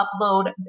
upload